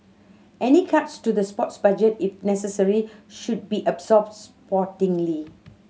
any cuts to the sports budget if necessary should be absorbed sportingly